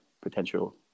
potential